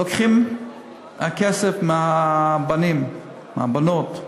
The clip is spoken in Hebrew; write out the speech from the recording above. לוקחים את הכסף מהבנים, מהבנות,